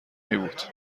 میبود